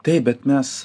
taip bet mes